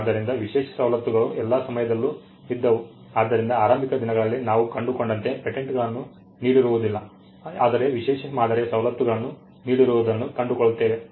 ಆದ್ದರಿಂದ ವಿಶೇಷ ಸವಲತ್ತುಗಳು ಎಲ್ಲ ಸಮಯದಲ್ಲೂ ಇದ್ದವು ಆದ್ದರಿಂದ ಆರಂಭಿಕ ದಿನಗಳಲ್ಲಿ ನಾವು ಕಂಡುಕೊಂಡಂತೆ ಪೇಟೆಂಟ್ ಗಳನ್ನು ನೀಡಿರುವುದಿಲ್ಲ ಆದರೆ ವಿಶೇಷ ಮಾದರಿಯ ಸೌಲತ್ತುಗಳನ್ನು ನೀಡಿರುವುದನ್ನು ಕಂಡುಕೊಳ್ಳುತ್ತೇವೆ